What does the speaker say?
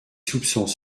soupçons